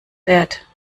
wert